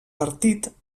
partit